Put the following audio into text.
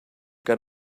got